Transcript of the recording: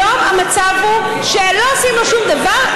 היום המצב הוא שלא עושים לו שום דבר,